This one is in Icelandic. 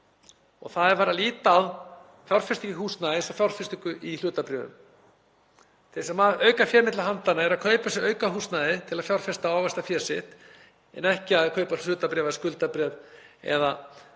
Það er farið að líta á fjárfestingu í húsnæði eins og fjárfestingu í hlutabréfum. Þeir sem hafa aukafé milli handanna eru að kaupa sér aukahúsnæði til að fjárfesta og ávaxta fé sitt en ekki að kaupa hlutabréf eða skuldabréf eða